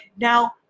now